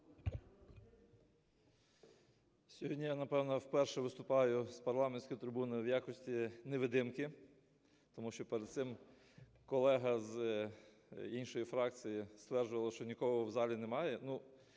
Сьогодні я, напевно, вперше виступаю з парламентської трибуни в якості невидимки. Тому що перед цим колега з іншої фракції стверджувала, що нікого в залі немає.